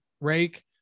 rake